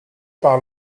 par